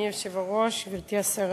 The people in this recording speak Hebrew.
תודה, אדוני היושב-ראש, גברתי השרה,